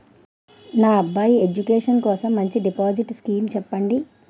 నా అబ్బాయి ఎడ్యుకేషన్ కోసం మంచి డిపాజిట్ స్కీం చెప్పండి